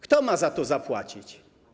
Kto ma za to zapłacić?